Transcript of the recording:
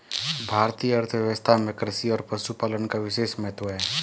भारतीय अर्थव्यवस्था में कृषि और पशुपालन का विशेष महत्त्व है